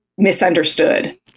misunderstood